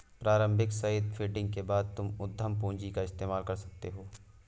प्रारम्भिक seed funding के बाद तुम उद्यम पूंजी का इस्तेमाल कर सकते हो